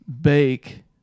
Bake